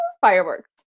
fireworks